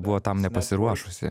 buvo tam nepasiruošusi